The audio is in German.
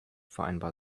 vereinbar